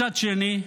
מצד שני,